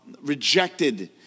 Rejected